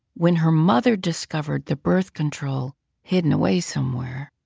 when her mother discovered the birth control hidden away somewhere,